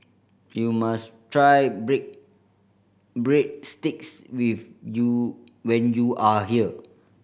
you must try Breadsticks you when you are here